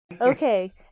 Okay